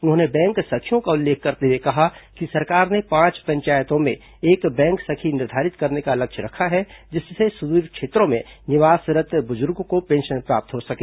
उन्होंने बैंक सखियों का उल्लेख करते हुए कहा कि सरकार ने पांच पंचायतों में एक बैंक सखी निर्धारित करने का लक्ष्य रखा है जिससे सुदूर क्षेत्रों में निवासरत् बुजुर्गों को पेंशन प्राप्त हो सके